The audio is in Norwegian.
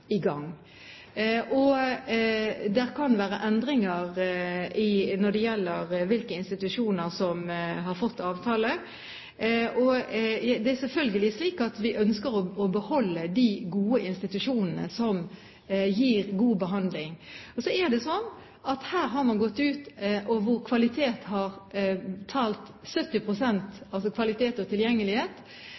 i gang. Det kan være endringer når det gjelder hvilke institusjoner som har fått avtale. Det er selvfølgelig slik at vi ønsker å beholde de institusjonene som gir god behandling, og kvalitet og tilgjengelighet